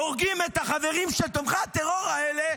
הורגים את החברים של תומכי הטרור האלה,